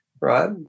right